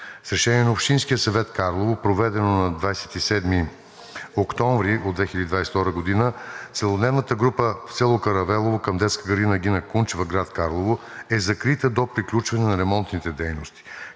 С Решение на Общинския съвет – Карлово, проведено на 27 октомври 2022 г., целодневната група в село Каравелово към детска градина „Гина Кунчева“, град Карлово, е закрита до приключване на ремонтните дейности.